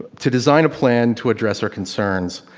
to design a plan to address our concerns,